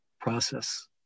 process